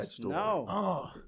No